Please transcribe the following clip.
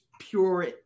pure